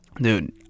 dude